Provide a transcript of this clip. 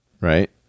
right